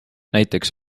näiteks